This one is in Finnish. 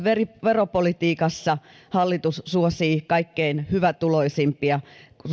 veropolitiikassa hallitus suosii kaikkein hyvätuloisimpia kun